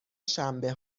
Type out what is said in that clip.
شنبه